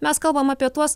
mes kalbame apie tuos